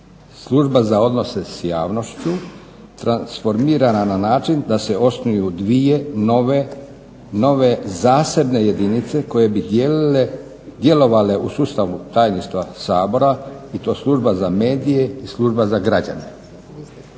Služba za odnose s javnošću transformirana na način da se osnuju dvije nove zasebne jedinice koje bi dijelile, djelovale u sustavu tajništva Sabora i to Služba za medije i Služba za građane.